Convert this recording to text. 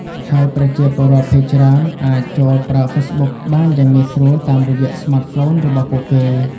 ហើយប្រជាពលរដ្ឋភាគច្រើនអាចចូលប្រើ Facebook បានយ៉ាងងាយស្រួលតាមរយៈស្មាតហ្វូនរបស់ពួកគេ។